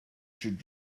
should